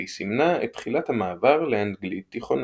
והיא סימנה את תחילת המעבר לאנגלית תיכונה.